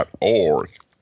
org